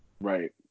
Right